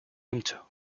ancho